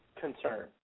concern